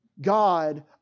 God